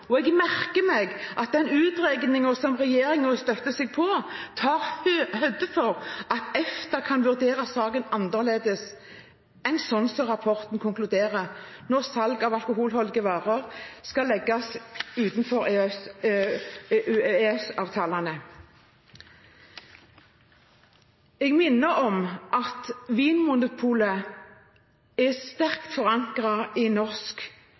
grenen. Jeg merker meg at den utredningen som regjeringen støtter seg på, tar høyde for at EFTA kan vurdere saken annerledes enn slik rapporten konkluderer når det gjelder salg av alkoholholdige varer som ligger utenfor EØS-avtalen. Jeg minner om at Vinmonopolet er sterkt forankret i